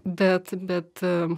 bet bet